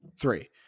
three